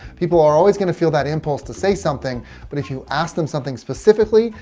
people are always going to feel that impulse to say something but if you ask them something specifically,